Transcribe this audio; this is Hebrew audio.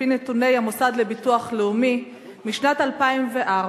לפי נתוני המוסד לביטוח לאומי משנת 2004,